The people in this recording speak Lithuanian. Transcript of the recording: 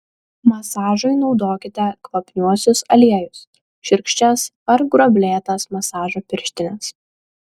masažui naudokite kvapniuosius aliejus šiurkščias ar gruoblėtas masažo pirštines